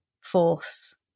force